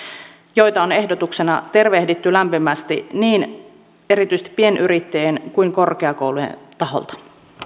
joita on ehdotuksena tervehditty lämpimästi niin erityisesti pienyrittäjien kuin korkeakoulujen taholta